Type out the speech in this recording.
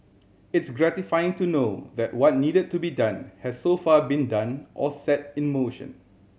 it's gratifying to know that what needed to be done has so far been done or set in motion